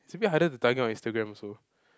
it's a bit harder to target on Instagram also